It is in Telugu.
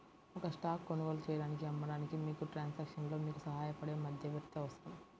ఒక స్టాక్ కొనుగోలు చేయడానికి, అమ్మడానికి, మీకు ట్రాన్సాక్షన్లో మీకు సహాయపడే మధ్యవర్తి అవసరం